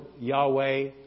Yahweh